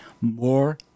more